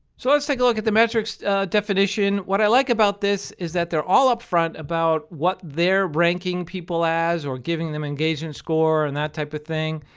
so let's take a look at the metrics definition. what i like about this is that they are all upfront about what they are ranking people as, or giving them engagement score, and that type of thing.